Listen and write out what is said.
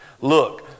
look